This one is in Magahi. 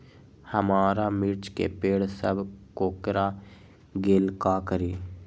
हमारा मिर्ची के पेड़ सब कोकरा गेल का करी?